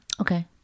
Okay